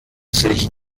sich